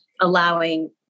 allowing